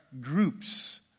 groups